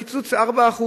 מקיצוץ 4%,